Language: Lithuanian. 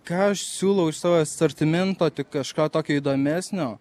ką aš siūlau iš savo asortimento tai kažką tokį įdomesnio